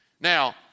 Now